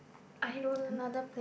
I don't